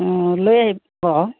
ও লৈ আহিব আকৌ